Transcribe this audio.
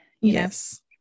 yes